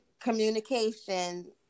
Communication